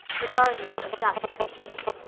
regardless of dust and heat.